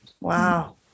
Wow